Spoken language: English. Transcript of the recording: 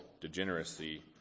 degeneracy